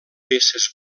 peces